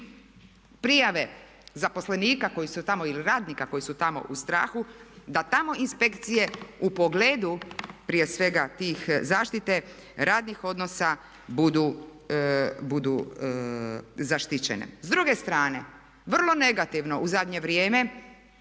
prijave zaposlenika koji su tamo, ili radnika koji su tamo u strahu da tamo inspekcije u pogledu prije svega te zaštite radnih odnosa budu zaštićene. S druge strane, vrlo negativno u zadnje vrijeme,